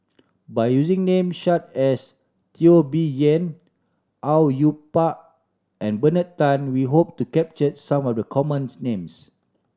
by using name such as Teo Bee Yen Au Yue Pak and Bernard Tan we hope to capture some of the commons names